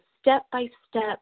step-by-step